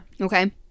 Okay